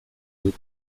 dut